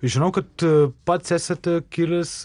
žinau kad pats esate kilęs